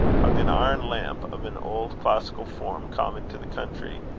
hung an iron lamp, of an old classical form common to the country,